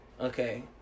Okay